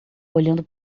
olhando